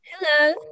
Hello